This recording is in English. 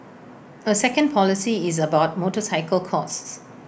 A second policy is about motorcycle costs